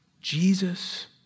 Jesus